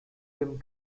him